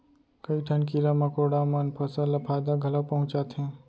कई ठन कीरा मकोड़ा मन फसल ल फायदा घलौ पहुँचाथें